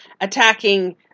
attacking